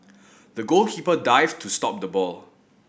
the goalkeeper dived to stop the ball